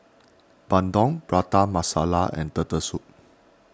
Bandung Prata Masala and Turtle Soup